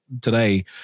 today